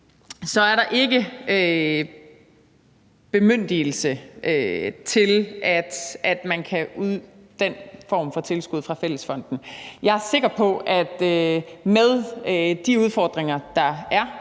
sag er der ikke bemyndigelse til, at man kan yde den form for tilskud fra fællesfonden. Jeg er sikker på, at der med de udfordringer, der er